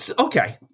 Okay